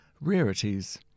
rarities